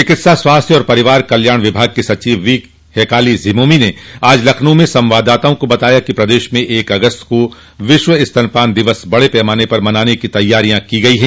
चिकित्सा स्वास्थ्य और परिवार कल्याण विभाग के सचिव वीहेकाली झिमोमी ने आज लखनऊ में संवाददाताओं को बताया कि प्रदेश में एक अगस्त को विश्व स्तनपान दिवस बड़े पैमाने पर मनाने की तैयारियां की गई है